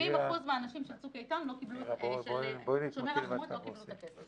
70% מהאנשים משומר החומות לא קיבלו את הכסף.